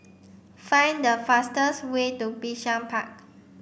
find the fastest way to Bishan Park